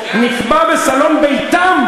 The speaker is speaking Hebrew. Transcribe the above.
נקבע בסלון ביתם,